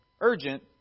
urgent